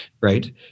right